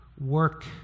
work